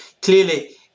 Clearly